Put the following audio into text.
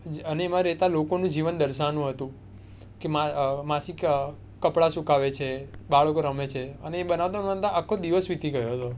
અને એમાં રહેતા લોકોનું જીવન દર્શાવાનું હતું કે માસી કપડા સુકાવે છે બાળકો રમે છે અને એ બનાવતા બનાવતા આખો દિવસ વીતી ગયો હતો